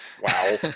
Wow